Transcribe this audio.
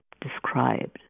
described